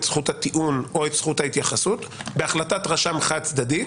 זכות הטיעון או את זכות ההתייחסות בהחלטת רשם חד-צדדית,